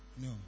no